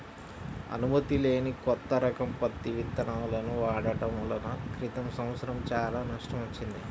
అనుమతి లేని కొత్త రకం పత్తి విత్తనాలను వాడటం వలన క్రితం సంవత్సరం చాలా నష్టం వచ్చింది